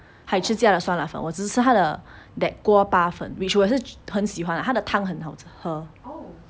嗨吃家的酸辣粉我只吃他的 that 锅巴粉 which 我是很喜欢他的汤很好吃喝